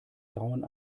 grauen